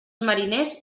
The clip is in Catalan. mariners